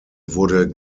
wurde